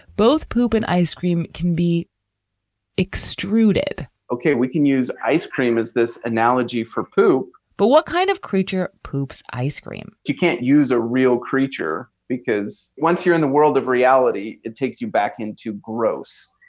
both poop and ice cream can be extruded ok, we can use ice cream as this analogy for poo. but what kind of creature poops? ice cream? you can't use a real creature because once you're in the world of reality, it takes you back in. gross.